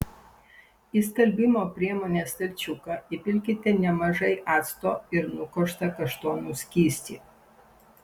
į skalbimo priemonės stalčiuką įpilkite nemažai acto ir nukoštą kaštonų skystį